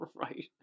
right